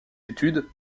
études